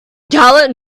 gallant